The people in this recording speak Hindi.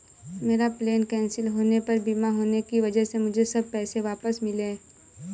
मेरा प्लेन कैंसिल होने पर बीमा होने की वजह से मुझे सब पैसे वापस मिले